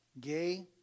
Gay